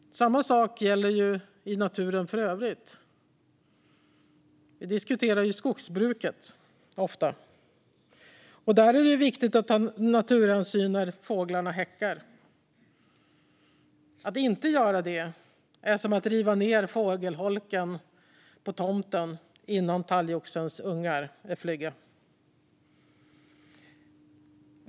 Samma sak gäller i naturen i övrigt. Vi diskuterar ofta skogsbruket. Där är viktigt att ta naturhänsyn när fåglarna häckar. Att inte göra det är som att riva ned fågelholken på tomten innan talgoxens ungar är flygfärdiga.